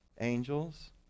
angels